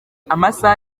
amasaha